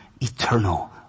eternal